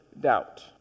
doubt